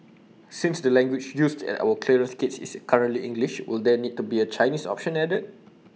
since the language used at our clearance gates is currently English will there need to be A Chinese option added